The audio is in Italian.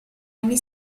anni